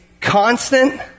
constant